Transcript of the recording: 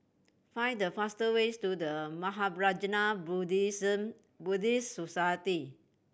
find the fastest ways to The Mahaprajna Buddhist Society